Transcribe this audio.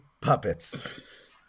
puppets